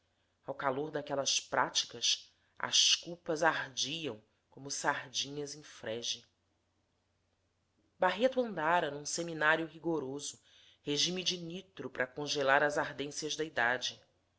ao calor daquelas práticas as culpas ardiam como sardinhas em frege barreto andara num seminário rigoroso regime de nitro para congelar as ardências da idade